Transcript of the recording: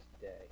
today